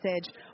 message